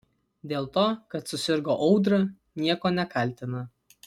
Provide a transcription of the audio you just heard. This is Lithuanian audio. dėl to kad susirgo audra nieko nekaltina